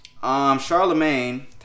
Charlemagne